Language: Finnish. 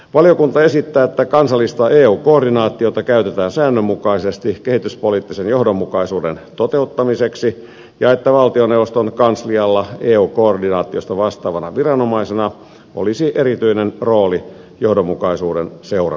valiokunta esittää että kansallista eu koordinaatiota käytetään säännönmukaisesti kehityspoliittisen johdonmukaisuuden toteuttamiseksi ja että valtioneuvoston kanslialla eu koordinaatiosta vastaavana viranomaisena olisi erityinen rooli johdonmukaisuuden seurannassa